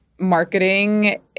marketing